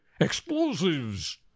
explosives